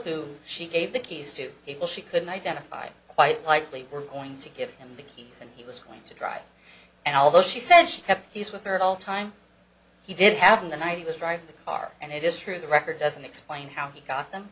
knew she gave the keys to people she couldn't identify quite likely were going to give him the keys and he was going to drive and although she said he's with her at all time he did have in the night he was driving the car and it is true the record doesn't explain how he got them